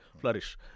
flourish